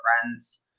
friends